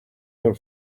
her